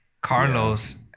carlos